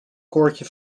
koordje